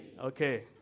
Okay